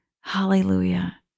hallelujah